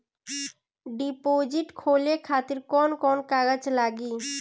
Deposit खोले खातिर कौन कौन कागज लागी?